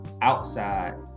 outside